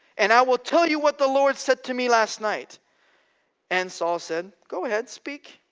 and i will tell you what the lord said to me last night and saul said go ahead speak.